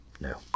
No